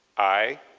i,